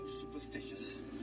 superstitious